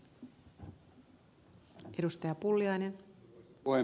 arvoisa puhemies